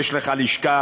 יש לך לשכה.